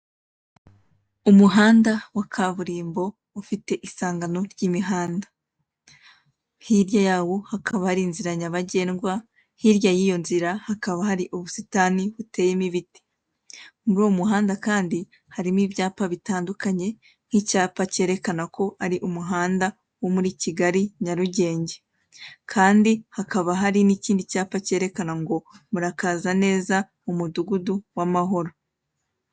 Umuhanda wa kaburimbo ufite isangano ry'imihanda. Hirya yawo hakaba hari inzira nyabagendwa, hirya y'iyo nzira hakaba hari ubusitani buteyemo ibiti. Muri uwo muhanda kandi harimo ibyapa bitandukanye, nk'icyapa cyerekana ko ari umuhanda wo muri Kigali-Nyarugenge, kandi hakaba hari n'ikindi cyapa cyerekana ngo: <<Murakaza neza mu mudugudu w'amahoro.>>